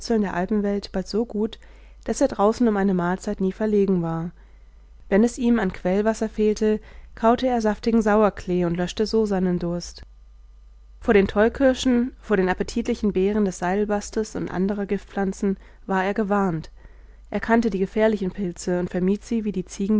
der alpenwelt bald so gut daß er draußen um eine mahlzeit nie verlegen war wenn es ihm an quellwasser fehlte kaute er saftigen sauerklee und löschte so seinen durst vor den tollkirschen vor den appetitlichen beeren des seidelbastes und anderer giftpflanzen war er gewarnt er kannte die gefährlichen pilze und vermied sie wie die